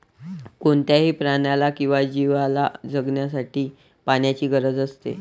कोणत्याही प्राण्याला किंवा जीवला जगण्यासाठी पाण्याची गरज असते